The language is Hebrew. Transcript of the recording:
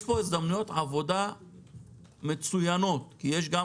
יש פה הזדמנויות עבודה מצוינות כי יש גם